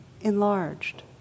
enlarged